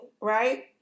right